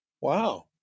Wow